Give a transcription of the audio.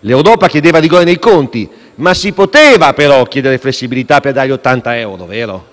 l'Europa chiedeva rigore nei conti, ma si poteva però chiedere flessibilità per dare gli 80 euro, vero?